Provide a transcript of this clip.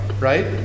right